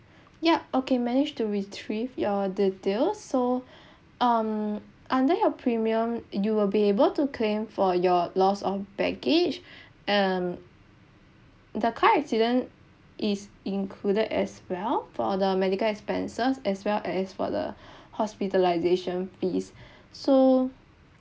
yup okay managed to retrieve your details so um under your premium you will be able to claim for your loss of baggage um the car accident is included as well for the medical expenses as well as for the hospitalisation fees so